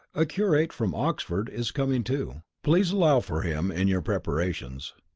a curate from oxford, is coming, too. please allow for him in your preparations.